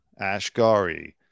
Ashgari